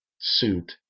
suit